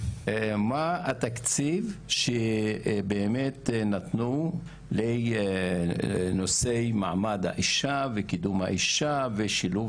מה התקציב שנתנו לנושא מעמד האישה וקידום האישה ושילוב